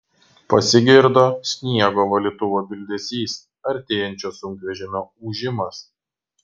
pasigirdo sniego valytuvo bildesys artėjančio sunkvežimio ūžimas